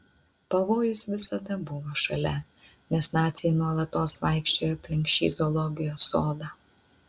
pavojus visada buvo šalia nes naciai nuolatos vaikščiojo aplink šį zoologijos sodą